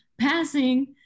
passing